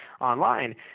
online